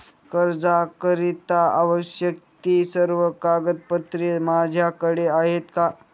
कर्जाकरीता आवश्यक ति सर्व कागदपत्रे माझ्याकडे आहेत का?